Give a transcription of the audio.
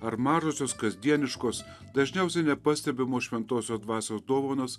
ar mažosios kasdieniškos dažniausiai nepastebimos šventosios dvasios dovanos